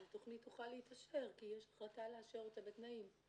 אז התוכנית תוכל להתאשר כי יש החלטה לאשר אותה בתנאים.